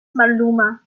malluma